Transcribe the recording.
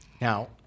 Now